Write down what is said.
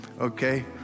okay